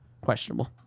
Questionable